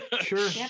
sure